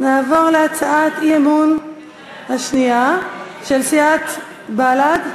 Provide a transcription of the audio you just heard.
נעבור להצעת האי-אמון השנייה, של סיעת בל"ד,